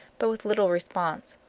but with little response.